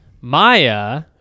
Maya